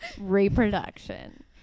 Reproduction